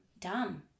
dumb